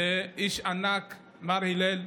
איש ענק, מר הלל,